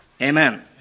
Amen